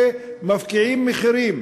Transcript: ומפקיעים מחירים.